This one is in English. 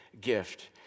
gift